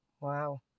Wow